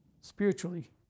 Spiritually